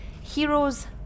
heroes